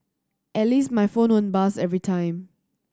at least my phone won't buzz every time